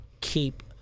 keep